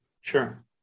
Sure